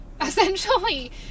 essentially